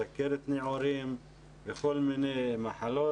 סכרת נעורים וכל מיני מחלות.